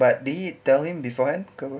but did he tell him beforehand ke apa